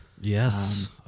yes